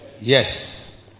Yes